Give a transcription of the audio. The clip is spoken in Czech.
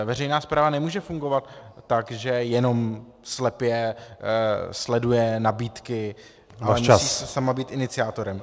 Veřejná správa nemůže fungovat tak, že jenom slepě sleduje nabídky , ale musí si sama být iniciátorem.